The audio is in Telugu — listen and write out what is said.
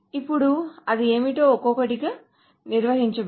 ఇప్పుడు అది ఏమిటో ఒక్కొక్కటిగా నిర్వచించండి